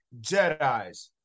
Jedis